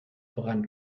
voran